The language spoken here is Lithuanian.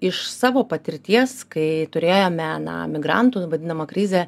iš savo patirties kai turėjome na imigrantų vadinamą krizę